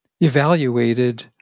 evaluated